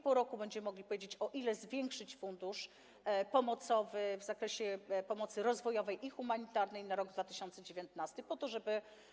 Po roku będziemy mogli powiedzieć, o ile zwiększyć fundusz pomocowy w zakresie pomocy rozwojowej i humanitarnej na rok 2019.